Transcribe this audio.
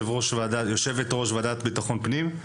יושבת-ראש הוועדה לביטחון פנים.